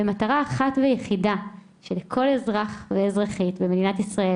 למטרה אחת ויחידה שכל אזרח ואזרחית במדינת ישראל,